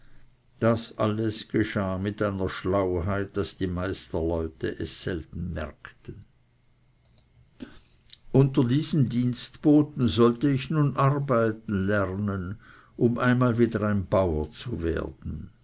das alles geschah mit einer schlauheit daß die meisterleute es selten merkten unter diesen dienstboten sollte ich nun arbeiten lernen um einmal wieder ein bauer zu werden